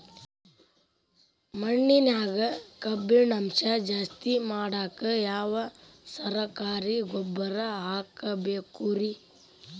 ಮಣ್ಣಿನ್ಯಾಗ ಕಬ್ಬಿಣಾಂಶ ಜಾಸ್ತಿ ಮಾಡಾಕ ಯಾವ ಸರಕಾರಿ ಗೊಬ್ಬರ ಹಾಕಬೇಕು ರಿ?